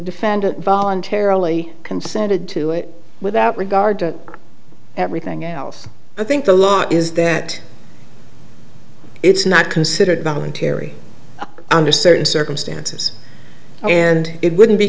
defendant voluntarily consented to it without regard to everything else i think the law is that it's not considered voluntary under certain circumstances and it wouldn't be